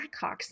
Blackhawks